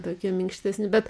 tokie minkštesni bet